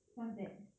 what's that